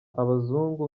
abazungu